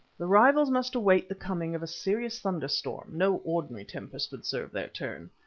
the rivals must await the coming of a serious thunderstorm, no ordinary tempest would serve their turn.